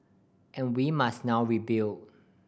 and we must now rebuild